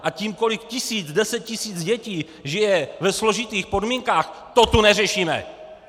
A tím, kolik tisíc, deset tisíc dětí žije ve složitých podmínkách, to tu neřešíme!